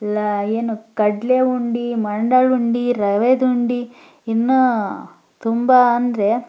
ಲ ಏನು ಕಡಲೆ ಉಂಡೆ ಮಂಡಾಳು ಉಂಡೆ ರವೆದುಂಡೆ ಇನ್ನೂ ತುಂಬ ಅಂದರೆ